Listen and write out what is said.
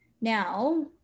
Now